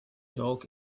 dog